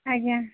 ଆଜ୍ଞା